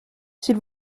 s’il